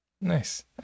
Nice